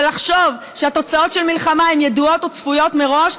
ולחשוב שהתוצאות של מלחמה הן ידועות וצפויות מראש,